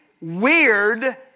weird